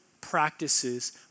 practices